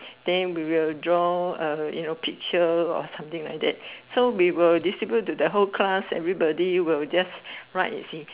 then we will draw uh you know picture or something like that so we will distribute to the whole class everybody will just write thing